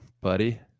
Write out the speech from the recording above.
buddy